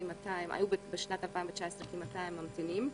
בשנת 2019 היו כ-200 ממתינים.